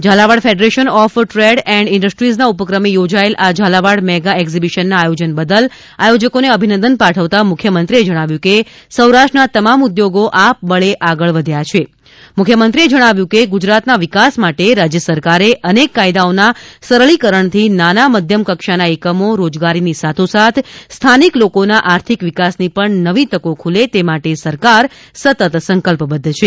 Jhalawad federation of trade and ઈન્ડસ્ટ્રીઝના ઉપક્રમે યોજાયેલ આ ઝાલાવાડ મેગા એક્ઝીબીશનના આયોજન બદલ આયોજકોને અભિનંદન પાઠવતા મુખ્યમંત્રીશ્રીએ જણાવ્યું હતું કે સૌરાષ્ટ્રના તમામ ઉદ્યોગો આપબળે આગળ વધ્યા છે મુખ્યમંત્રીશ્રીએ જણાવ્યું હતું કે ગુજરાતના વિકાસ માટે રાજ્ય સરકારે અનેક કાયદાઓના સરળીકરણથી નાના મધ્યમ કક્ષાના એકમો રોજગારી ની સાથો સાથ સ્થાનિક લોકોના આર્થિક વિકાસની પણ નવી તકો ખુલે તે માટે સરકાર સતત સંકલ્પબદ્ધ છે